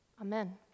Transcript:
Amen